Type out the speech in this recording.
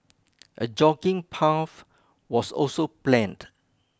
a jogging path was also planned